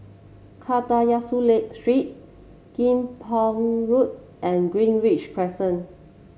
Kadayanallur Street Kim Pong Road and Greenridge Crescent